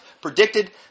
predicted